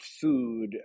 food